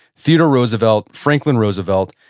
theodore roosevelt, franklin roosevelt,